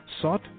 sought